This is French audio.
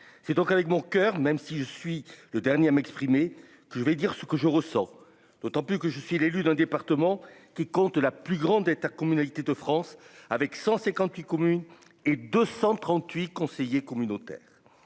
c'est donc avec mon coeur, même si je suis le dernier à m'exprimer, je vais dire ce que je ressens d'autant plus que je suis l'élu d'un département qui compte la plus grande intercommunalité de France avec 158 communes et 238 conseillers communautaires,